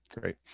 Great